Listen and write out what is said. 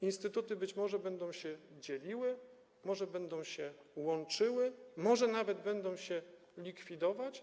Instytuty może będą się dzieliły, może będą się łączyły, może nawet będą się likwidować.